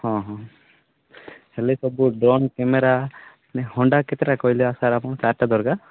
ହଁ ହଁ ହେଲେ ସବୁ ଡ୍ରୋନ୍ କ୍ୟାମେରା ହଣ୍ଡା କେତେଟା କହିଲେ ସାର୍ ଆପଣଙ୍କୁ ଚାରିଟା ଦରକାର